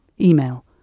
Email